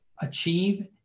achieve